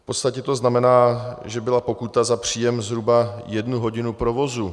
V podstatě to znamená, že byla pokuta za příjem zhruba jednu hodinu provozu.